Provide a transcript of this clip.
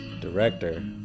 director